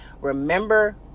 remember